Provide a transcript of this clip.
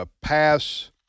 pass